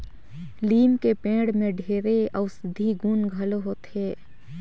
लीम के पेड़ में ढेरे अउसधी गुन घलो होथे